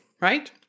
right